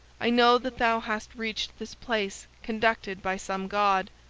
i know that thou hast reached this place conducted by some god,